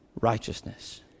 righteousness